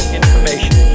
information